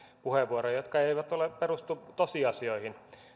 puheenvuoroja jotka eivät perustu tosiasioihin